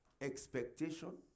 expectation